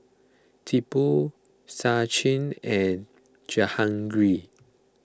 Tipu Sachin and Jehangirr